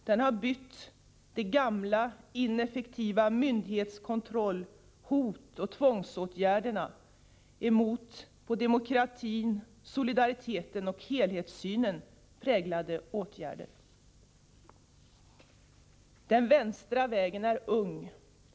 Den har bytt den gamla, ineffektiva myndighetskontrollen, hoten och tvångsåtgärderna mot av demokrati, solidaritet och helhetssyn präglade åtgärder. Den vänstra vägen är ung.